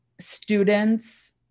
students